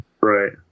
Right